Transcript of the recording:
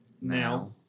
now